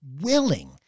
willing